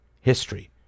history